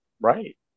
Right